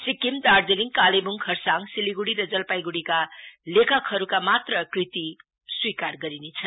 सिक्किम दार्जीलिङकालेबुङखरसाङ सिलगढ़ी र जलपाइगुढ़ीका लेखकहरुका मात्र कृतु स्यीकार गरिनेछ